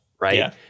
right